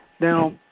Now